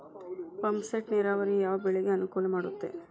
Pump set ನೇರಾವರಿ ಯಾವ್ ಬೆಳೆಗೆ ಅನುಕೂಲ ಮಾಡುತ್ತದೆ?